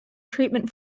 treatment